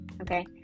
okay